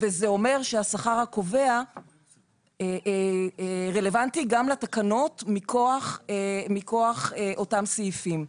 וזה אומר שהשכר הקובע רלוונטי גם לתקנות מכוח אותם סעיפים.